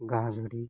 ᱜᱟ ᱡᱩᱨᱤ